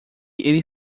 ele